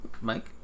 Mike